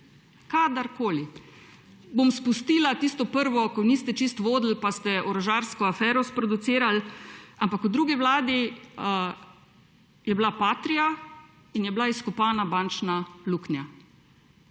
Kadarkoli. Bom izpustila tisto prvo, ko niste čisto vodili pa ste orožarsko afero sproducirali, ampak v drugi vladi je bila Patria in je bila izkopana bančna luknja.